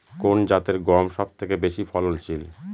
কোন জাতের গম সবথেকে বেশি ফলনশীল?